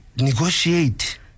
negotiate